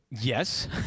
yes